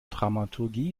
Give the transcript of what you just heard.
dramaturgie